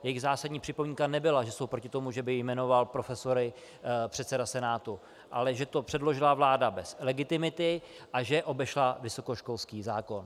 Jejich zásadní připomínka nebyla, že jsou proti tomu, že by jmenoval profesory předseda Senátu, ale že to předložila vláda bez legitimity a že obešla vysokoškolský zákon.